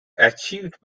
achieved